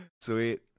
Sweet